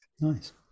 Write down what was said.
Nice